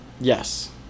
Yes